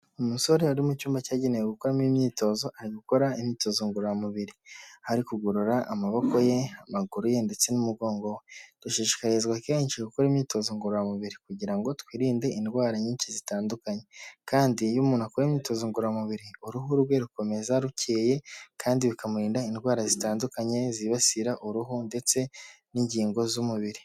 Umusore ari mu cyumba cyagenewe gukuramo imyitozo ari gukora imyitozo ngororamubiri, ari kugorora amaboko ye, amaguru ye ndetse n'umugongo, dushishikarizwa kenshi gukora imyitozo ngororamubiri kugira ngo twirinde indwara nyinshi zitandukanye kandi iyo umuntu akora imyitozo ngororamubiri uruhu rwe rukomeza rukeye kandi bikamurinda indwara zitandukanye zibasira uruhu ndetse n'ingingo z'umubiri.